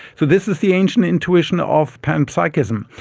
so this is the ancient intuition of panpsychism.